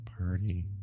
Party